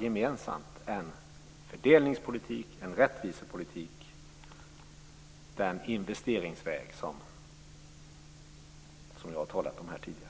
gemensamt skall driva en fördelningspolitik, en rättvisepolitik och gå den investeringsväg som jag har talat om här tidigare?